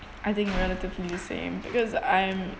I think relatively same because I'm